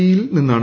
E യിൽ നിന്നാണ്